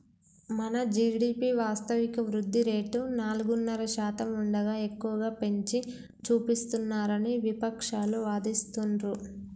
మన జీ.డి.పి వాస్తవిక వృద్ధి రేటు నాలుగున్నర శాతం ఉండగా ఎక్కువగా పెంచి చూపిస్తున్నారని విపక్షాలు వాదిస్తుండ్రు